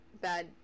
bad